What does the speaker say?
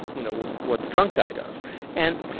you know, what the drunk guy does and,